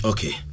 Okay